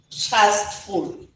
trustful